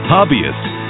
hobbyists